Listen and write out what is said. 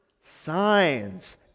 Signs